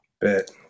Bet